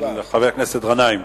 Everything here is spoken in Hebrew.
שאלה שנייה של חבר הכנסת גנאים.